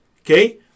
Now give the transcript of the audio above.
okay